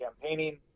campaigning